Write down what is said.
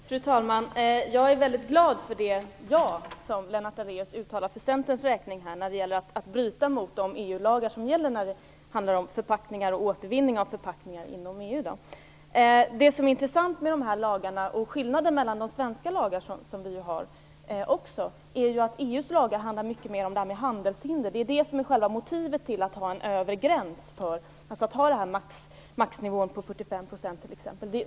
Fru talman! Jag är väldigt glad för det ja som Lennart Daléus uttalar för Centerns räkning om att bryta mot de EU-lagar som gäller om förpackningar och återvinning förpackningar inom EU. Det intressanta med dessa lagar, och som är skillnaden gentemot de svenska, är att EU:s lagar mycket mer gäller handelshinder. Det är det som är själva motivet till att ha en övre gräns, t.ex. maxnivån på 45 %.